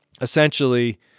essentially